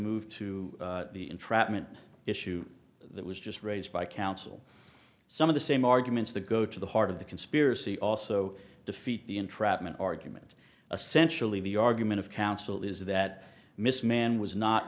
move to the entrapment issue that was just raised by counsel some of the same arguments the go to the heart of the conspiracy also defeat the entrapment argument essential of the argument of counsel is that miss man was not